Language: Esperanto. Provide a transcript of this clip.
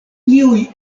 iuj